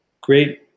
great